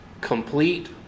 complete